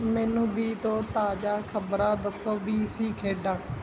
ਮੈਨੂੰ ਬੀ ਤੋਂ ਤਾਜ਼ਾ ਖ਼ਬਰਾਂ ਦੱਸੋ ਬੀ ਸੀ ਖੇਡਾਂ